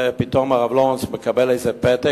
ופתאום הרב לורינץ מקבל איזה פתק,